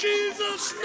Jesus